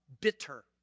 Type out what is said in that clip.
bitter